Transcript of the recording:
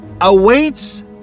awaits